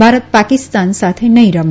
ભારત પાકીસ્તાન સાથે નહી રમે